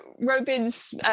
Robins